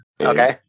Okay